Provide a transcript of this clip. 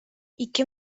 ике